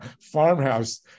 farmhouse